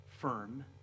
firm